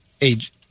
age